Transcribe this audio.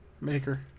Maker